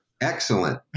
excellent